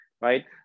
Right